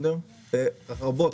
רבות,